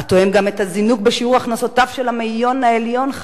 התואם גם את הזינוק בשיעור הכנסותיו של המאיון העליון,